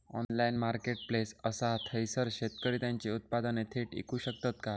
Online marketplace असा थयसर शेतकरी त्यांची उत्पादने थेट इकू शकतत काय?